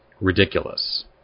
ridiculous